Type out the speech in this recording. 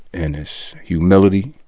and it's humility.